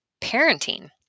parenting